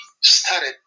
started